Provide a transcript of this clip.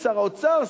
שר האוצר,